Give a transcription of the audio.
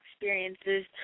experiences